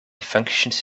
functions